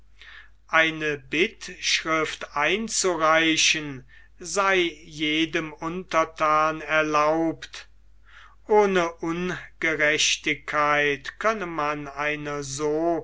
eine bittschrift einzureichen sei jedem unterthan erlaubt ohne ungerechtigkeit könne man einer so